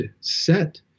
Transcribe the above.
set